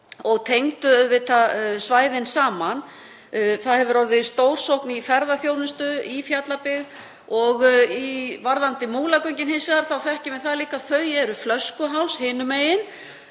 og tengdu auðvitað svæðin saman. Það hefur orðið stórsókn í ferðaþjónustu í Fjallabyggð. Varðandi Múlagöngin hins vegar þekkjum við það líka að þau eru flöskuháls hinum megin.